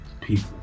people